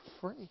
free